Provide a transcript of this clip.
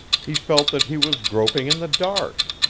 he felt that he was groping in the dark.